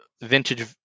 vintage